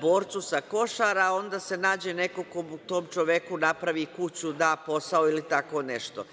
borcu sa Košara, onda se nađe neko ko tom čoveku napravi kuću, da posao ili tako nešto.